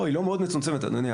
לא, היא לא מאוד מצומצמת, אדוני.